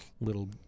little